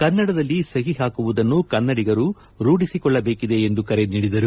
ಕನ್ನಡದಲ್ಲಿ ಸಹಿ ಹಾಕುವುದನ್ನು ಕನ್ನಡಿಗರು ರೂಢಿಸಿಕೊಳ್ಳಬೇಕಿದೆ ಎಂದು ಕರೆ ನೀಡಿದರು